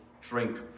drink